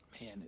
man